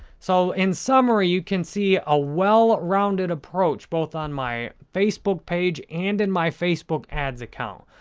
so, in summary, you can see a well-rounded approach, both on my facebook page and in my facebook ads account.